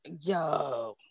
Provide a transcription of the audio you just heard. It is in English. yo